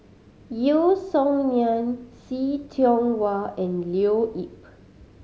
Yeo Song Nian See Tiong Wah and Leo Yip